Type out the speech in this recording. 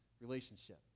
relationship